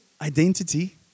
identity